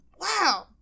Wow